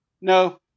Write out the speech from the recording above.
No